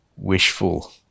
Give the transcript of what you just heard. wishful